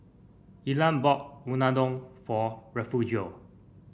Ilah bought Unadon for Refugio